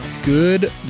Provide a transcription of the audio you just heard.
Good